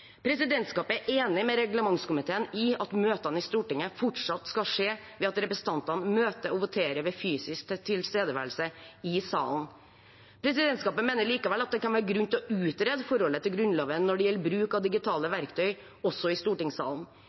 Presidentskapet er enig med reglementskomiteen i at møtene i Stortinget fortsatt skal skje ved at representantene møter og voterer ved fysisk tilstedeværelse i salen. Presidentskapet mener likevel at det kan være grunn til å utrede forholdet til Grunnloven når det gjelder bruk av digitale verktøy også i stortingssalen.